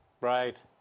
Right